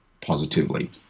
positively